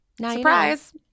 surprise